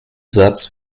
satz